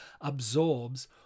absorbs